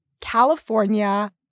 California